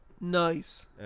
Nice